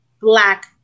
Black